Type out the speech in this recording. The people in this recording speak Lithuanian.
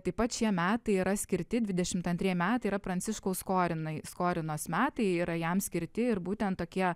taip pat šie metai yra skirti dvidešimt antrieji metai yra pranciškaus skorinai skorinos metai yra jam skirti ir būtent tokie